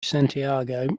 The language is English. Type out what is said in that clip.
santiago